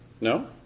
No